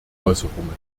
äußerungen